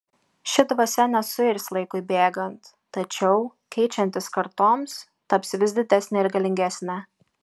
ši dvasia nesuirs laikui bėgant tačiau keičiantis kartoms taps vis didesne ir galingesne